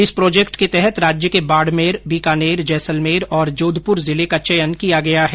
इस प्रोजेक्ट के तहत राज्य के बाडमेर बीकानेर जैसलमेर और जोधप्र जिले का चयन किया गया है